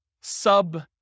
sub